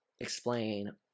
explain